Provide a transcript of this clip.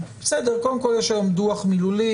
קודם כל, יש היום דוח מילולי